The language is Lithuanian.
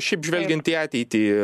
šiaip žvelgiant į ateitį